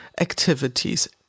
activities